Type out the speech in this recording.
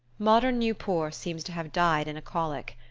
modern nieuport seems to have died in a colic.